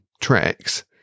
tracks